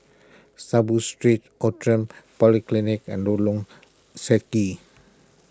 Saiboo Street Outram Polyclinic and Lorong Stangee